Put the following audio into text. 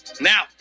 Now